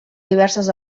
diverses